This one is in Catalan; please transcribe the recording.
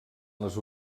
les